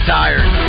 tired